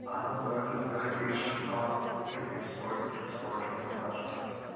اہَن حظ آ أسۍ حظ کران ٹُورِسٹَن ہاوان پِکنِک سٕپاٹ وِکنِک سٕپاٹ یوٚت تِمَن گَژھُن آسہِ